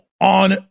on